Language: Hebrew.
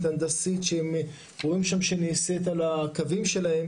הנדסית שהם רואים שם שנעשית על הקווים שלהם